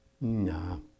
no